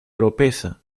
oropesa